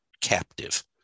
captive